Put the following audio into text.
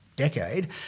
decade